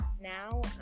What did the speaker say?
now